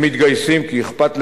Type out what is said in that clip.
הם מתגייסים כי אכפת להם,